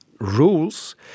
rules